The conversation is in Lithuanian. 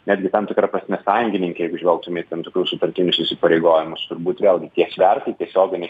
netgi tam tikra prasme sąjungininkė jeigu žvelgtume į tam tikrus sutartinius įsipareigojimus turbūt vėlgi tie svertai tiesioginiai